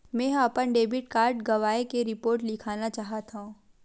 मेंहा अपन debit card गवाए के रिपोर्ट लिखना चाहत हव